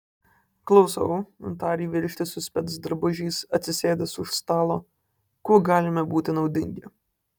klausau tarė vyriškis su specdrabužiais atsisėdęs už stalo kuo galime būti naudingi